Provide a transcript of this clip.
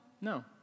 No